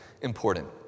important